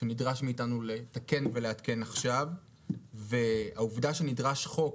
שנדרש מאיתנו לתקן ולעדכן עכשיו והעובדה שנדרש חוק,